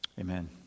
Amen